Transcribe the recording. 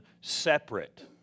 separate